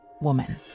woman